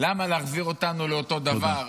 למה להחזיר אותנו לאותו דבר?